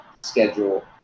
schedule